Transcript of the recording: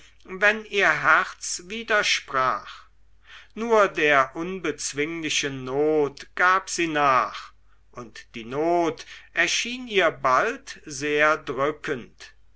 wenn ihr herz widersprach nur der unbezwinglichen not gab sie nach und die not erschien ihr bald sehr drückend